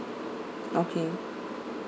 okay